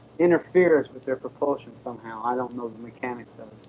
interferes with their propulsion somehow. i don't know the mechanics of